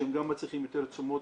ושהם גם מצריכים יותר תשומות,